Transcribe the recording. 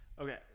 Okay